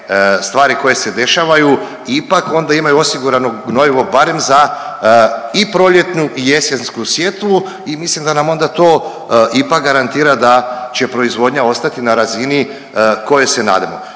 stvari koje se dešavaju ipak onda imaju osigurano gnojivo barem za i proljetnu i jesensku sjetvu i mislim da nam onda to ipak garantira da će proizvodnja ostati na razini koje se nadamo.